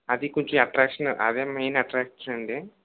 అది కొంచెం అట్రాక్షన్ అదే మెయిన్ అట్రాక్షన్ అండి